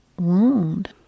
wound